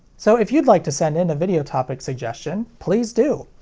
so, if you'd like to send in a video topic suggestion, please do!